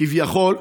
כביכול,